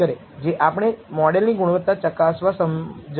જે આપણે મોડલની ગુણવત્તા ચકાસવા સમજાવશું